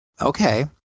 Okay